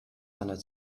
einer